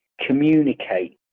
communicate